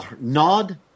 Nod